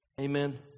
Amen